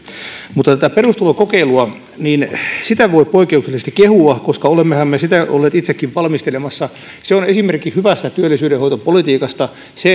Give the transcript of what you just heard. mutta perustulokokeilua voi poikkeuksellisesti kehua koska olemmehan me sitä olleet itsekin valmistelemassa se on esimerkki hyvästä työllisyydenhoitopolitiikasta